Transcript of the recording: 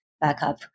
backup